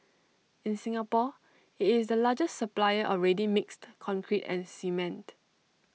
in Singapore IT is the largest supplier of ready mixed concrete and cement